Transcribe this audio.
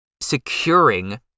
securing